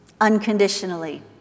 unconditionally